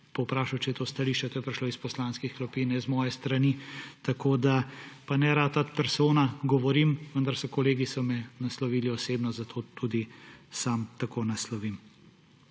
povprašal, če je to stališče. To je prišlo iz poslanskih klopi, ne z moje strani, pa ne postati persona, govorim, da so me kolegi naslovili osebno, zato tudi sam tako naslovim.